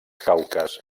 caucas